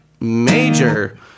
major